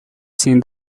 seen